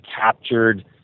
captured